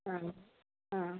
ആ ആ